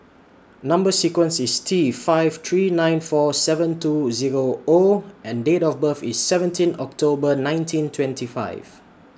Number sequence IS T five three nine four seven two Zero O and Date of birth IS seventeen October nineteen twenty five